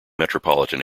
metropolitan